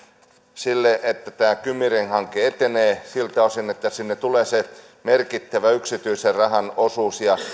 sille että tämä kymi ring hanke etenee siltä osin että sinne tulee se merkittävä yksityisen rahan osuus